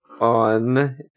on